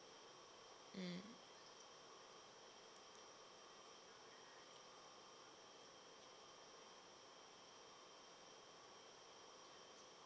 mm